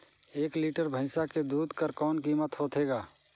एक लीटर भैंसा के दूध कर कौन कीमत होथे ग?